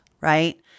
right